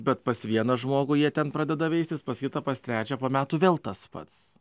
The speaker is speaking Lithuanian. bet pas vieną žmogų jie ten pradeda veistis pas kitą pas trečią po metų vėl tas pats